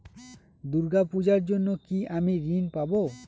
দূর্গা পূজার জন্য কি আমি ঋণ পাবো?